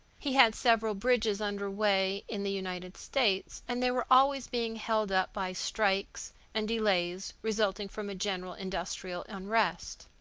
he had several bridges under way in the united states, and they were always being held up by strikes and delays resulting from a general industrial unrest.